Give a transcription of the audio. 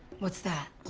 what's that?